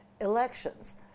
elections